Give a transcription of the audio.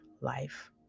life